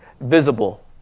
visible